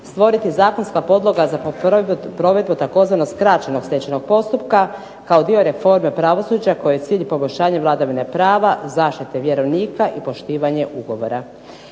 stvoriti zakonska podloga za provedbu tzv. skraćenog stečajnog postupka kao dio reforme pravosuđa kojoj je cilj poboljšanje vladavine prava, zaštite vjerovnika i poštivanje ugovora.